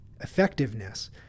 effectiveness